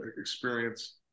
experience